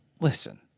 listen